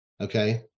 okay